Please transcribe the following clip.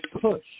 push